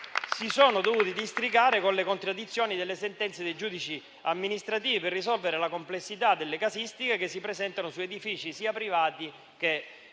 si sono dovute districare con le contraddizioni delle sentenze dei giudici amministrativi per risolvere la complessità delle casistiche che si presentano su edifici sia privati che della